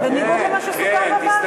בניגוד למה שסוכם בוועדה.